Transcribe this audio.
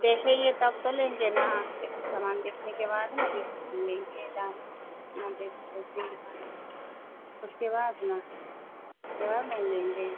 देखेंगे तब तो लेंगे न हम देख सामान देखने के बाद न अभी लेंगे दाम होगा कितना दे होगा उसके बाद न उसके बाद न लेंगे